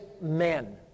men